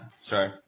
Sorry